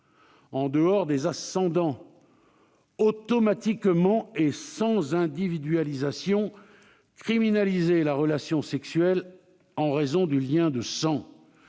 nous ne pouvons pas, automatiquement et sans individualisation, criminaliser la relation sexuelle en raison de liens de sang.